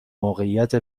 موقعیت